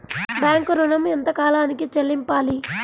Bank ఋణం ఎంత కాలానికి చెల్లింపాలి?